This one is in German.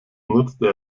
nutzte